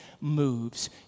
moves